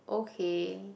okay